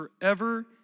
forever